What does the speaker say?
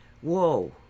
whoa